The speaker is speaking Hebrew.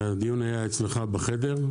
והדיון היה אצלך בחדר.